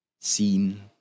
seen